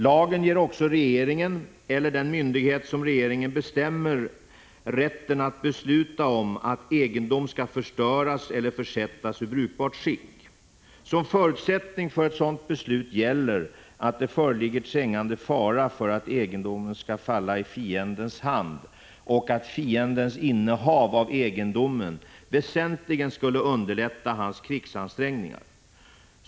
Lagen ger också regeringen, eller den myndighet som regeringen bestämmer, rätten att besluta om att egendom skall förstöras eller försättas ur brukbart skick. Som förutsättning för ett sådant beslut gäller att det föreligger trängande fara för att egendomen skall falla i fiendens hand och att fiendens innehav av egendomen väsentligen skulle underlätta hans krigsansträngningar.